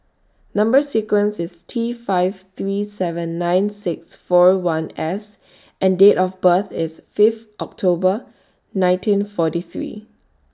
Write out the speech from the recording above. Number sequence IS T five three seven nine six four one S and Date of birth IS Fifth October nineteen forty three